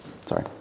Sorry